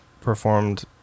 performed